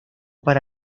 para